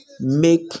Make